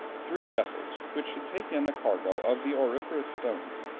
three vessels which should take in a cargo of the auriferous stones.